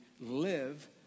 live